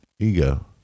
Ego